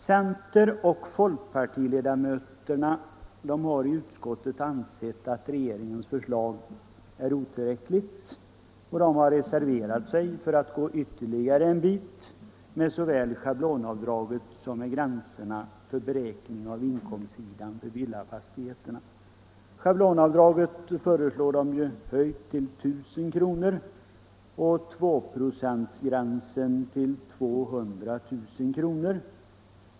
Center och folkpartiledamöterna i utskottet har ansett att regeringens förslag är otillräckligt, och de har reserverat sig för att gå ytterligare en bit med såväl schablonavdraget som gränserna för beräkningen av inkomst av villafastigheterna. Schablonavdraget föreslår de höjt till I 000 kr. och 2-procentsgränsen till 200 000 kr.